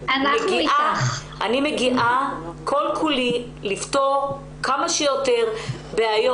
לקראת הדיון הבא אנחנו דורשים לקבל את כל התשובות כדי להמשיך.